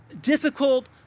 difficult